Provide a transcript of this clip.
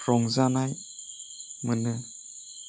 रंजानाय मोनो